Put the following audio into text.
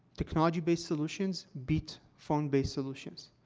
technology-based solutions beat phone-based solutions.